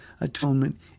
atonement